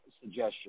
suggestion